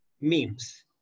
memes